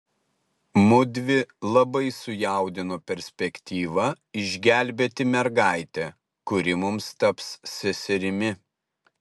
mudvi labai sujaudino perspektyva išgelbėti mergaitę kuri mums taps seserimi